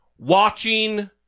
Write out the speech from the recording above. Watching